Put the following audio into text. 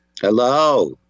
Hello